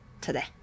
today